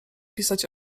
pisać